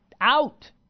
out